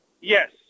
Yes